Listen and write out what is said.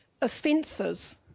Offences